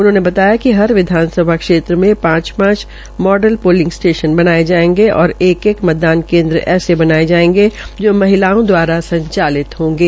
उन्होंने बताया कि हर विधानसभा क्षेत्र में पांच पांच माडल पोलिंग स्टेशन बनाये जायेंगे व एक एक मतदान केन्द्र ऐसे बनाये जायेंगे जो महिला द्वारा संचालित होंगे